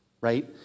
right